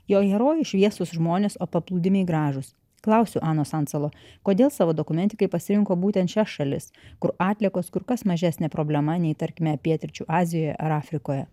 jo herojai šviesūs žmonės o paplūdimiai gražūs klausiu anos ancelo kodėl savo dokumentikai pasirinko būtent šias šalis kur atliekos kur kas mažesnė problema nei tarkime pietryčių azijoje ar afrikoje